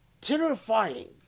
terrifying